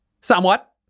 Somewhat